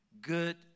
good